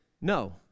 No